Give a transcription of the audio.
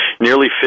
nearly